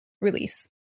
release